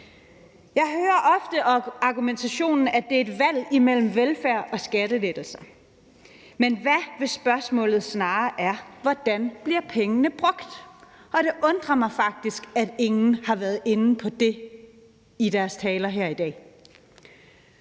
Jeg hører ofte den argumentation, at det er et valg imellem velfærd og skattelettelser, men hvad, hvis spørgsmålet snarere er, hvordan pengene bliver brugt. Det undrer mig faktisk, at ingen har været inde på det i deres taler her i dag.